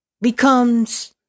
becomes